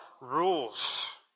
rules